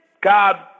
God